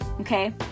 Okay